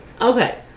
Okay